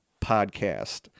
podcast